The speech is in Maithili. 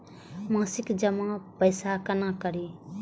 मासिक जमा पैसा केना करी?